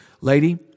Lady